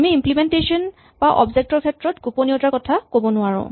আমি ইম্লিমেন্টেচন বা অবজেক্ট ৰ ক্ষেত্ৰত গোপনীয়তাৰ কথা ক'ব নোৱাৰো